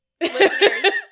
listeners